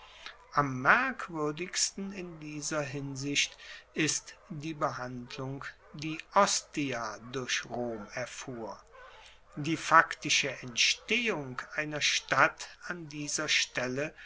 am merkwuerdigsten in dieser hinsicht ist die behandlung die ostia durch rom erfuhr die faktische entstehung einer stadt an dieser stelle